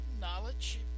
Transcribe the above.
knowledge